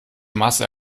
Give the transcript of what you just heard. masse